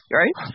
right